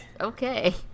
Okay